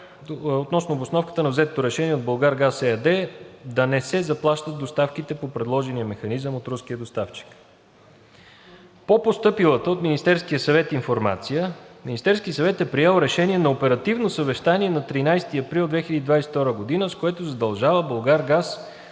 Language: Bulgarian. за обосновката на взетото решение от „Булгаргаз“ ЕАД да не се заплащат доставките по предложения механизъм от руския доставчик. По постъпилата от Министерския съвет информация Министерският съвет е приел решение на оперативно съвещание на 13 април 2022 г., с което задължава „Булгаргаз“